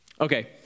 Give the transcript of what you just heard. Okay